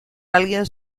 alguien